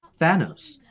Thanos